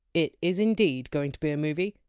it is indeed going to be a movie.